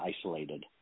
isolated